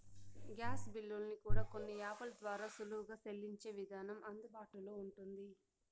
gas బిల్లుల్ని కూడా కొన్ని యాపుల ద్వారా సులువుగా సెల్లించే విధానం అందుబాటులో ఉంటుంది